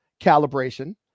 calibration